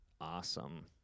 awesome